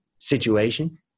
situation